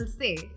say